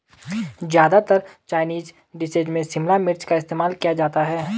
ज्यादातर Chinese dishes में शिमला मिर्च का इस्तेमाल किया जाता है